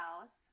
house